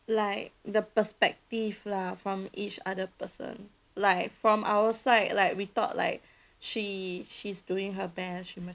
like the perspective lah from each other person like from our side like we thought like she she's doing her best